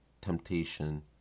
temptation